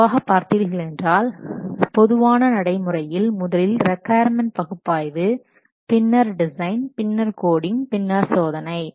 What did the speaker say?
பொதுவாக பார்த்தீர்களென்றால் பொதுவான நடைமுறையில் முதலில் ரிக்கொயர்மென்ட் பகுப்பாய்வு பின்னர் டிசைன் பின்னர் கோடிங் பின்னர் சோதனை